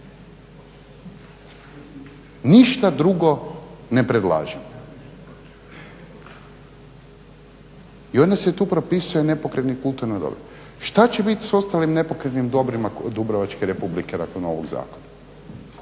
Ništa drugo ne predlažem. I onda se tu propisuje nepokretna kulturna dobra. Šta će bit sa ostalim nepokretnim dobrima Dubrovačke Republike nakon ovog zakona.